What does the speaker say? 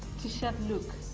t-shirt look